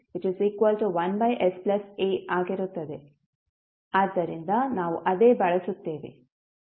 ಆದ್ದರಿಂದ ನಾವು ಅದೇ ಬಳಸುತ್ತೇವೆ